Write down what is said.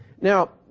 Now